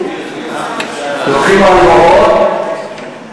לוקחים הלוואות,